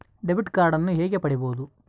Debit ಕಾರ್ಡನ್ನು ಹೇಗೆ ಪಡಿಬೋದು?